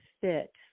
fit